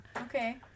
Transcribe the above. Okay